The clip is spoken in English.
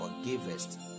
forgivest